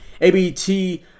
ABT